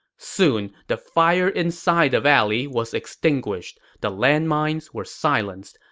soon, the fire inside the valley was extinguished, the landmines were silenced,